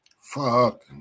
Fuck